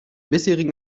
bisherigen